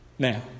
Now